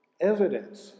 evidence